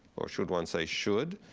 or should one say, should?